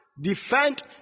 defend